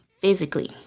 physically